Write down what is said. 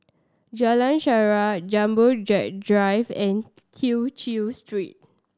Jalan Shaer Jumbo Jet Drive and Tew Chew Street